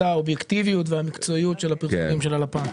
האובייקטיביות והמקצועיות של הפרסומים של לפ"מ.